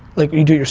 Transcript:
like you do your,